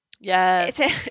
yes